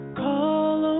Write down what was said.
call